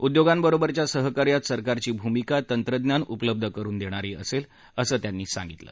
उद्योगांबरोबरच्या सहकार्यात सरकारची भूमिका तंत्रज्ञान उपलब्ध करुन देणारी असेल असं त्या म्हणाल्या